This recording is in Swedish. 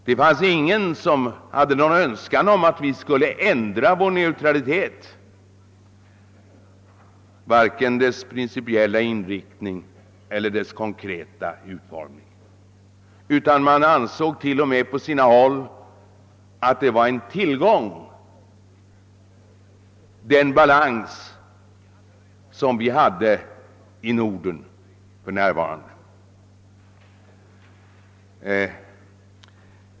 Det fanns ingen som hade någon önskan om att vi skulle ändra vår neutralitet, varken dess principiella inriktning eller dess konkreta utformning. Man ansåg på sina håll t.o.m. att den balans som vi för närvarande har i Norden är en tillgång.